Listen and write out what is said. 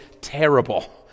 terrible